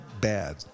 bad